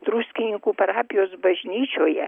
druskininkų parapijos bažnyčioje